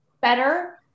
better